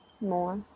more